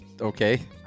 okay